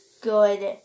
good